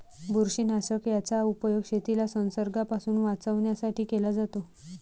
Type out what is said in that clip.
बुरशीनाशक याचा उपयोग शेतीला संसर्गापासून वाचवण्यासाठी केला जातो